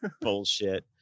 Bullshit